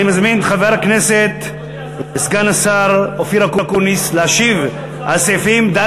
אני מזמין את חבר הכנסת וסגן השר אופיר אקוניס להשיב על סעיפים 4,